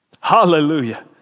Hallelujah